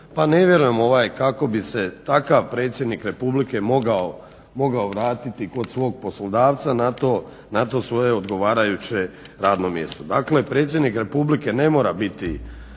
pa ne vjerujem kako bi se takav predsjednik Republike mogao vratiti kod svog poslodavca na to svoje odgovarajuće radno mjesto. Dakle predsjednik Republike ne mora biti